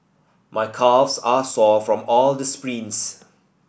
my calves are sore from all the sprints